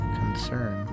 concern